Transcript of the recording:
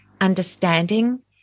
understanding